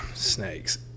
Snakes